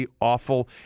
awful